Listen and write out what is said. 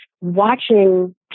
watching